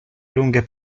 lunghe